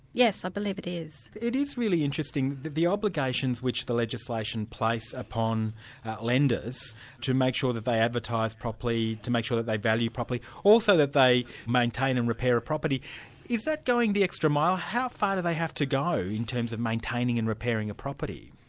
yes, i believe it is. it is really interesting the obligations which the legislation place upon lenders to make sure that they advertise properly, to make sure that they value properly, also that they maintain and repair a property is that going the extra mile? how far do they have to go in terms of maintaining and repairing a property?